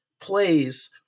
plays